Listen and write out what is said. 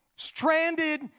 stranded